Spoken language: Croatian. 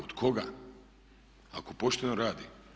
Od koga, ako pošteno radi?